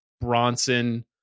bronson